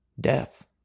death